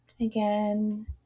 Again